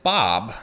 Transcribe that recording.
，Bob